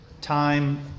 Time